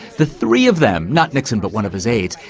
the three of them, not nixon but one of his aides,